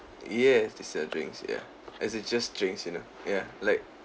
yes they sell drinks ya as it just drinks you know ya like